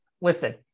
listen